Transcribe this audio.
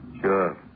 Sure